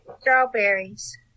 Strawberries